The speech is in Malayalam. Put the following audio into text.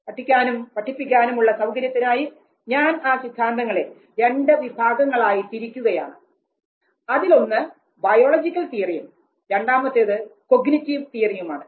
പഠിക്കാനും പഠിപ്പിക്കാനും ഉള്ള സൌകര്യത്തിനായി ഞാൻ ആ സിദ്ധാന്തങ്ങളെ രണ്ട് വിഭാഗങ്ങളായി തിരിക്കുകയാണ് അതിലൊന്ന് ബയോളജിക്കൽ തിയറിയും രണ്ടാമത്തേത് കൊഗ്നിറ്റീവ് തിയറിയുമാണ്